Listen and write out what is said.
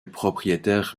propriétaire